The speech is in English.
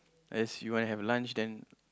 as you want to have lunch then